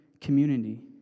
community